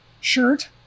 shirt